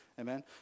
Amen